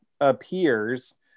appears